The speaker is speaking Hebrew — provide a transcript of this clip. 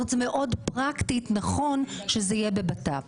זה פרקטית מאוד נכון שזה יהיה בביטחון פנים.